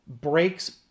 breaks